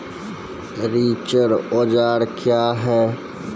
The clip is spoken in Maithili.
रिचर औजार क्या हैं?